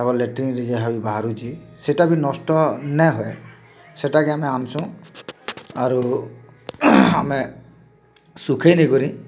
ତାଙ୍କର୍ ଲାଟ୍ରିନ୍ ଯାହା ବି ବାହାରୁଛେ ସେଟା ବି ନଷ୍ଟ ନାଇଁ ହୁଏ ସେଟାକେ ଆମେ ଆନ୍ସୁଁ ଆରୁ ଆମେ ସୁଖେଇ ଦେଇ କରି